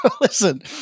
listen